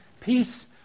peace